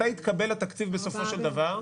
מתי יתקבל התקציב בסופו של דבר?